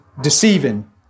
deceiving